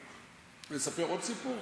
לספר עוד סיפור?